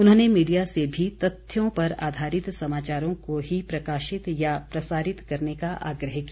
उन्होंने मीडिया से भी तथ्यों पर आधारित समाचारों को ही प्रकाशित या प्रसारित करने का आग्रह किया